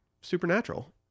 supernatural